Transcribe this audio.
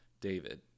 David